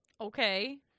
Okay